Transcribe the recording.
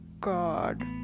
god